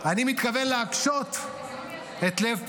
אני מתכוון להקשות את לב פרעה,